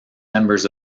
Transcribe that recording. members